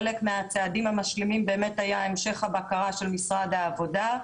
חלק מהצעדים המשלימים היו המשך הבקרה של משרד העבודה,